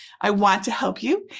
i want to help you,